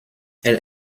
elle